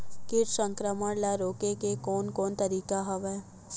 कीट संक्रमण ल रोके के कोन कोन तरीका हवय?